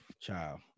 Child